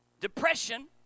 Depression